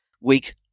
weak